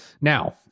Now